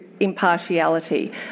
impartiality